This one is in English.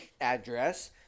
address